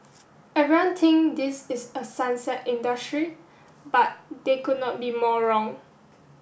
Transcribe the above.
everyone think this is a sunset industry but they could not be more wrong